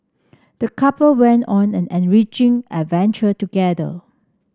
the couple went on an enriching adventure together